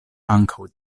ankaŭ